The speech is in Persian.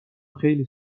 خیلی